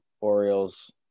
Orioles